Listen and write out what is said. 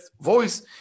voice